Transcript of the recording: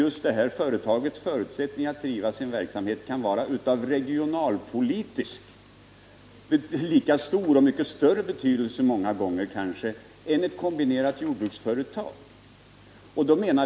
Just detta företags förutsättningar att driva sin verksamhet kan många gånger ha lika stor eller större regionalpolitisk betydelse än ett kombinerat jordbruksföretags.